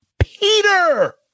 Peter